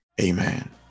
Amen